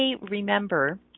remember